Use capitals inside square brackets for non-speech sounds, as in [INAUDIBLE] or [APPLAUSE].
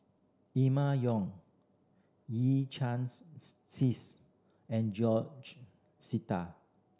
Emma Yong Yee Chia [UNINTELLIGIBLE] Hsing and George Sita